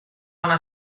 una